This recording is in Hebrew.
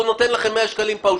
הוא אומר לכם שזה 100 שקלים.